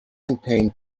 contain